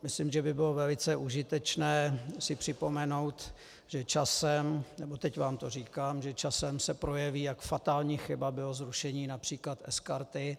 Myslím, že by bylo velice užitečné si připomenout, že časem, nebo teď vám to říkám, že časem se projeví, jak fatální chyba bylo zrušení například sKarty.